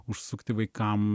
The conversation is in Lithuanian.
užsukti vaikam